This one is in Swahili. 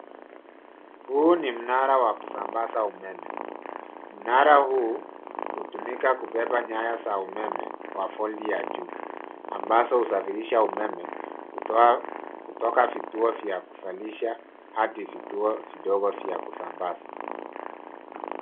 Huu ni mnara wa kusambaza umeme. Mnara huu hutumika kubeba nyaya za umeme wa volt ya juu ambazo husafirisha umeme kutoka vituo vya kuzalisha hadi vituo vidogo vya kusambaza.